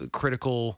critical